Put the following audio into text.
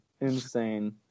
insane